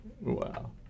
Wow